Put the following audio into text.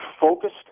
focused